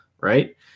right